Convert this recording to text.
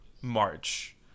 March